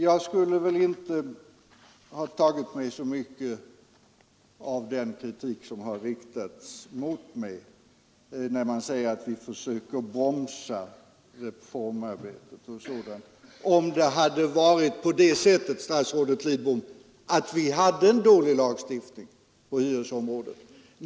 Jag skulle väl inte ha tagit åt mig så mycket av den kritik som framförs när man säger att vi försöker bromsa reformarbetet och sådant, om det varit så, statsrådet Lidbom, att vi hade en dålig lagstiftning på hyresområdet.